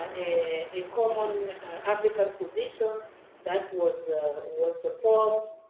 a common african position that was was formed.